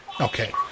Okay